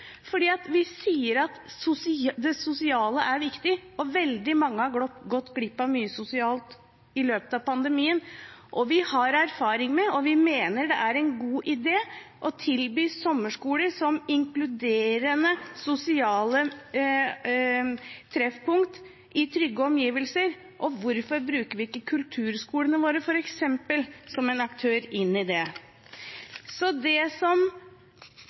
fordi det sosiale er viktig. Veldig mange har gått glipp av mye sosialt i løpet av pandemien, og vi har erfaring med og mener det er en god idé å tilby sommerskole som inkluderende sosialt treffpunkt i trygge omgivelser. Hvorfor bruker vi ikke kulturskolene våre, f.eks. som en aktør inn i det? Så det som